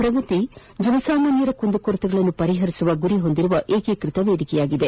ಪ್ರಗತಿ ಜನ ಸಾಮಾನ್ಯರ ಕುಂದು ಕೊರತೆಗಳನ್ನು ಪರಿಹರಿಸುವ ಗುರಿ ಹೊಂದಿರುವ ಏಕೀಕೃತ ವೇದಿಕೆಯಾಗಿದೆ